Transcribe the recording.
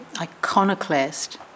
iconoclast